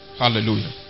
hallelujah